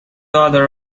author